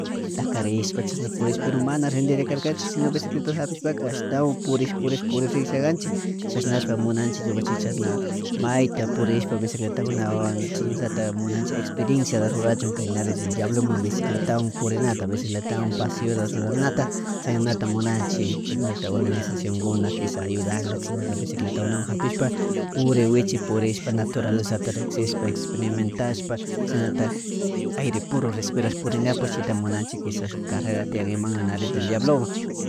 Takarishpa kashna purikanchik péro mana rinderik kanchik sino bicicletata japishpaka ashatawan purish pusrish purish riksha kanchik chashnashspa munachik ñukanchik chashna mayta purishpa bicicletakunawan chaknallatak munachik experenciata rurachunka nariz de dablomun bicicletawan purinnata bicicletawan paseota rruranata chaynata munanchik chashnallatak organizacionkuna kiza ayudanka quiza ayudanka chashna bicicletwan japishpa uri wichi purishpa natarualezata riksikshpa experimentashpa chashanallatak aire puru respirashpa purinkapak chita munanchik quiza shuk karrera tian Nariz del Dabloman